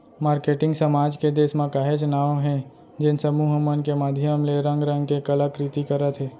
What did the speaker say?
marketing समाज के देस म काहेच नांव हे जेन समूह मन के माधियम ले रंग रंग के कला कृति करत हे